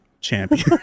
champion